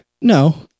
No